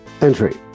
entry